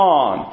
on